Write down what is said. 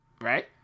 Right